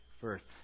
first